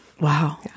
Wow